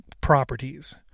properties